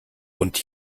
und